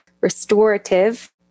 restorative